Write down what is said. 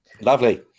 Lovely